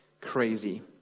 crazy